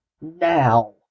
now